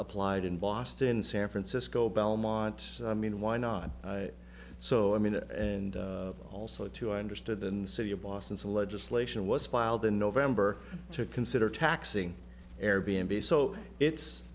applied in boston san francisco belmont i mean why not so i mean and also to i understood in the city of boston some legislation was filed in november to consider taxing air b n b so it's